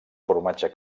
formatge